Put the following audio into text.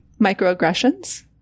microaggressions